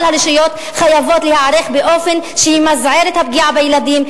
אבל הרשויות חייבות להיערך באופן שימזער את הפגיעה בילדים.